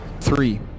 Three